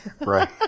Right